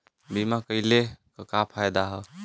बीमा कइले का का फायदा ह?